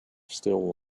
still